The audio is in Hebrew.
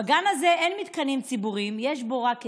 בגן הזה אין מתקנים ציבוריים, יש בו רק עצים,